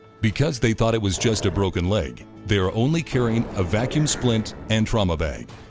because they thought it was just a broken leg they were only carrying a vacuum splint and trauma bag.